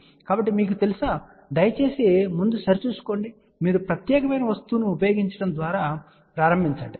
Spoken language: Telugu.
కాబట్టి మీకు తెలుసా దయచేసి ముందు సరి చూసుకోండి మీరు ఈ ప్రత్యేకమైన వస్తువును ఉపయోగించడం ప్రారంభించండి